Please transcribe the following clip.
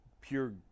pure